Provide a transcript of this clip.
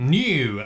new